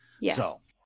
yes